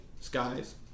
Skies